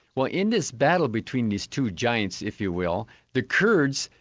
well in this battle between these two giants, if you will, the kurds,